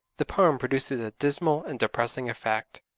the poem produces a dismal and depressing effect.